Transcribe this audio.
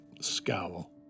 scowl